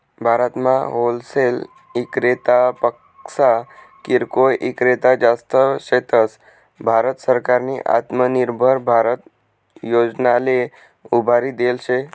भारतमा होलसेल इक्रेतापक्सा किरकोय ईक्रेता जास्त शेतस, भारत सरकारनी आत्मनिर्भर भारत योजनाले उभारी देल शे